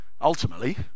Ultimately